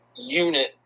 unit